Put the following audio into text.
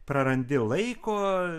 prarandi laiko